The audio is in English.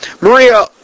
Maria